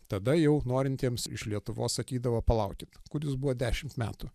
tada jau norintiems iš lietuvos sakydavo palaukit kur jūs buvot dešimt metų